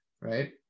right